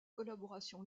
collaboration